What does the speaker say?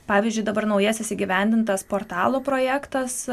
pavyzdžiui dabar naujasis įgyvendintas portalo projektas